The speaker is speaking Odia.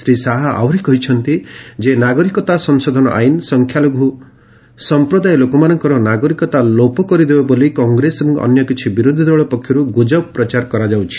ଶ୍ରୀ ଶାହା ଆହୁରି କହିଛନ୍ତି ନାଗରିକତା ସଂଶୋଧନ ଆଇନ ସଂଖ୍ୟାଲଘୁ ସମ୍ପ୍ରଦାୟ ଲୋକମାନଙ୍କର ନାଗରିକତା ଲୋପ କରିଦେବ ବୋଲି କଂଗ୍ରେସ ଏବଂ ଅନ୍ୟ କିଛି ବିରୋଧି ଦଳ ପକ୍ଷର୍ ଗ୍ରଜବ ପ୍ରଚାର କରାଯାଉଛି